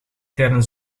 tijdens